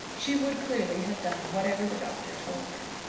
she would clearly have done whatever the doctor told her.